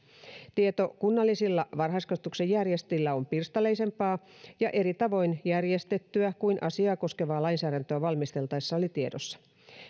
tieto kunnallisilla varhaiskasvatuksen järjestäjillä on pirstaleisempaa ja eri tavoin järjestettyä kuin asiaa koskevaa lainsäädäntöä valmisteltaessa oli tiedossa